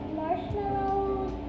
marshmallows